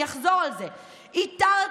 אני אחזור על זה: "איתרתי,